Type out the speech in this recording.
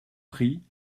pris